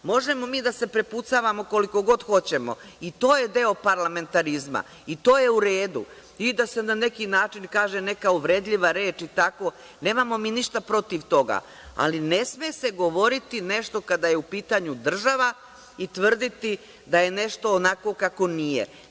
Možemo mi da se prepucavamo koliko god hoćemo, i to je deo parlamentarizma i to je uredu, i da se na neki način kaže uvredljiva reč i tako, nemamo ništa protiv toga, ali ne sme se govoriti nešto kada je u pitanju država i tvrditi da je nešto onako kako nije.